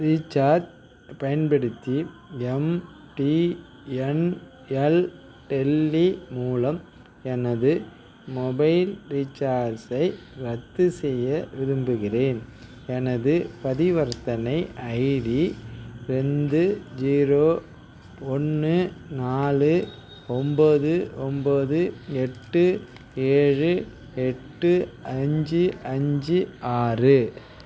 recharge பயன்படுத்தி MTNL Delhi மூலம் எனது மொபைல் ரீசார்ஜை ரத்து செய்ய விரும்புகிறேன் எனது பரிவர்த்தனை ஐடி ரெண்டு ஜீரோ ஒன்று நாலு ஒம்பது ஒம்பது எட்டு ஏழு எட்டு அஞ்சு அஞ்சு ஆறு